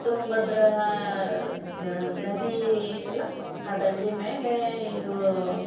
ತುಂಗಭದ್ರಾ ನದಿ ಐತಲ್ಲ ಆ ದಂಡೆ ಮೇಲೆ ಇದು